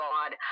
God